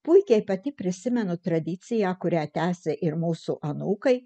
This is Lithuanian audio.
puikiai pati prisimenu tradiciją kurią tęsia ir mūsų anūkai